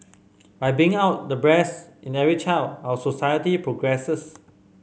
by bringing out the breast in every child our society progresses